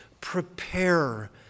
Prepare